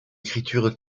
écriture